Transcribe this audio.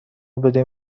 بدین